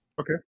Okay